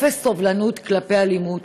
אפס סובלנות כלפי אלימות.